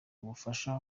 ubufasha